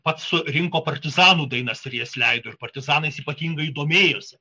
pats surinko partizanų dainas ir jas leido ir partizanais ypatingai domėjosi